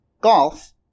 golf